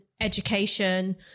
education